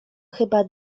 chyba